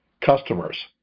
customers